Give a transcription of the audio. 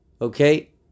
okay